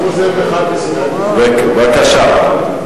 בבקשה.